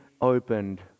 opened